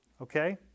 okay